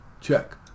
check